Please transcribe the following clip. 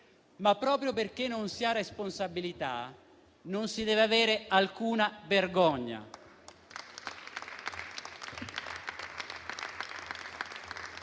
proprio perché non si ha responsabilità, non si deve avere alcuna vergogna.